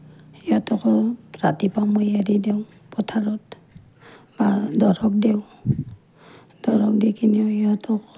সিহঁতকো ৰাতিপুৱা মই এৰি দিওঁ পথাৰত বা দৰৱ দিওঁ দৰৱ দি কিনেও সিহঁতক